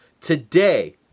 today